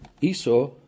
Esau